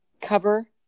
cover